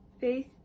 faith